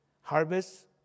harvest